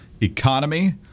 Economy